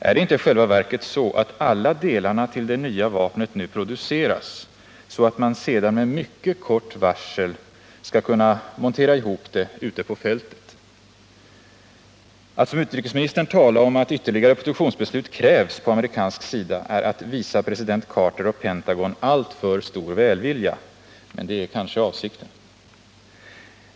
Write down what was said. Är det inte i själva verket så att alla delarna till det nya vapnet nu produceras, så att man sedan med mycket kort varsel skall kunna montera ihop det ute på fältet? Att som utrikesministern gör tala om att ytterligare produktionsbeslut krävs på amerikansk sida är att visa president Carter och Pentagon alltför stor välvilja, men det är kanske avsikten.